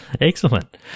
Excellent